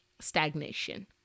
stagnation